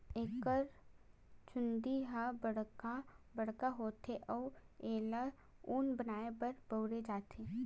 एकर चूंदी ह बड़का बड़का होथे अउ एला ऊन बनाए बर बउरे जाथे